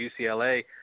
UCLA